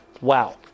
Wow